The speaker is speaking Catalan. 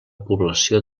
població